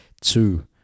two